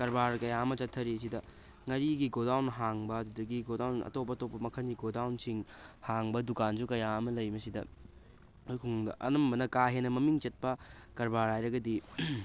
ꯀꯔꯕꯥꯔ ꯀꯌꯥ ꯑꯃ ꯆꯠꯊꯔꯤꯁꯤꯗ ꯉꯥꯔꯤꯒꯤ ꯒꯣꯗꯥꯎꯟ ꯍꯥꯡꯕ ꯑꯗꯨꯗꯒꯤ ꯒꯣꯗꯥꯎꯟ ꯑꯇꯣꯞ ꯑꯇꯣꯞꯄ ꯃꯈꯜꯒꯤ ꯒꯣꯗꯥꯎꯟꯁꯤꯡ ꯍꯥꯡꯕ ꯗꯨꯀꯥꯟꯁꯨ ꯀꯌꯥ ꯑꯃ ꯂꯩ ꯃꯁꯤꯗ ꯑꯩꯈꯣꯏ ꯈꯨꯡꯒꯪꯗ ꯑꯅꯝꯕꯅ ꯀꯥ ꯍꯦꯟꯅ ꯃꯃꯤꯡ ꯆꯠꯄ ꯀꯔꯕꯥꯔ ꯍꯥꯏꯔꯒꯗꯤ